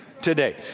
today